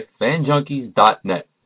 FanJunkies.net